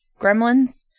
gremlins